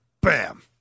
Bam